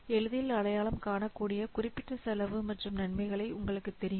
எளிதில் அடையாளம் காணக்கூடிய குறிப்பிட்ட செலவு மற்றும் நன்மைகள் உங்களுக்குத் தெரியும்